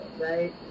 right